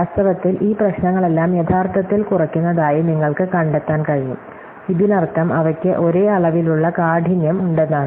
വാസ്തവത്തിൽ ഈ പ്രശ്നങ്ങളെല്ലാം യഥാർത്ഥത്തിൽ കുറയ്ക്കുന്നതായി നിങ്ങൾക്ക് കണ്ടെത്താൻ കഴിയും ഇതിനർത്ഥം അവയ്ക്ക് ഒരേ അളവിലുള്ള കാഠിന്യം ഉണ്ടെന്നാണ്